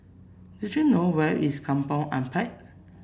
do you know where is Kampong Ampat